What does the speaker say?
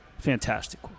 fantastic